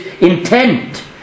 intent